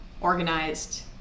organized